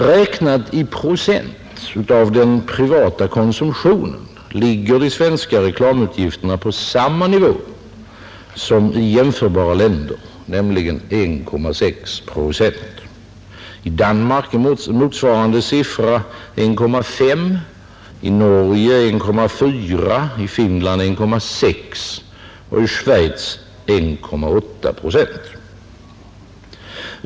Räknat i procent av den privata konsumtionen ligger de svenska reklamutgifterna på samma nivå som i jämförbara länder, nämligen 1,6 procent. I Danmark är motsvarande siffra 1,5 procent, i Norge 1,4 procent, i Finland 1,6 procent och i Schweiz 1,8 procent.